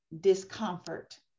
discomfort